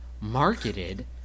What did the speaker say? marketed